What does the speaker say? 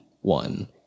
one